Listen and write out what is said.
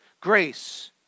grace